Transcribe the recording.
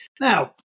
now